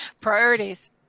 Priorities